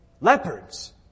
leopards